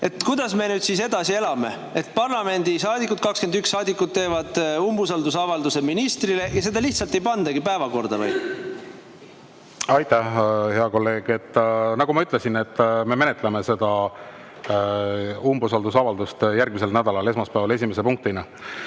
Kuidas me siis edasi elame? 21 parlamendisaadikut teevad umbusaldusavalduse ministrile ja seda lihtsalt ei pandagi päevakorda või? Aitäh, hea kolleeg! Nagu ma ütlesin, me menetleme seda umbusaldusavaldust järgmise nädala esmaspäeval esimese punktina.